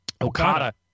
Okada